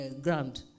ground